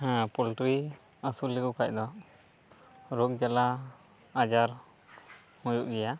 ᱦᱮᱸ ᱯᱚᱞᱴᱨᱤ ᱟᱥᱩᱞ ᱞᱮᱠᱚ ᱠᱷᱟᱡ ᱫᱚ ᱨᱳᱜᱽ ᱡᱟᱞᱟ ᱟᱡᱟᱨ ᱦᱩᱭᱩᱜ ᱜᱮᱭᱟ